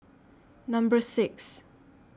Number six